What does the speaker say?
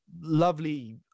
lovely